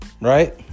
right